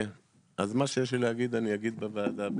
אז מה שיש לי להגיד אני אגיד בוועדה.